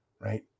right